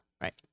Right